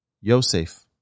Yosef